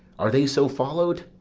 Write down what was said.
are they so followed?